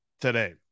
today